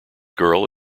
girl